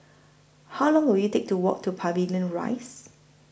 How Long Will IT Take to Walk to Pavilion Rise